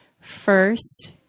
first